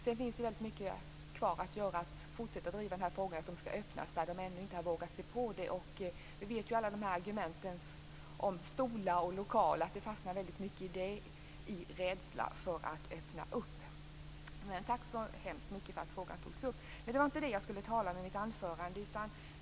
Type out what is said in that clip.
Sedan finns det ju väldigt mycket kvar att göra för att fortsätta driva frågan att nämnderna skall öppnas där man ännu inte har vågat sig på det. Vi känner ju alla till argumenten om stolar och lokaler. Denna fråga fastnar i hög grad i sådana frågor och i rädsla för att öppna. Men tack så hemskt mycket för att frågan togs upp! Men det var inte det jag skulle tala om i mitt anförande.